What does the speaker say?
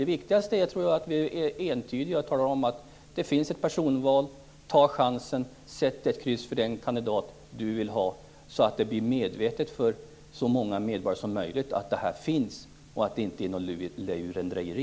Det viktigaste är att vi är entydiga och talar om att det är personval, ta chansen, sätt kryss för den kandidat som du vill ha. Det är viktigt att så många medborgare som möjligt blir medvetna om att den möjligheten finns och att det inte är något lurendrejeri.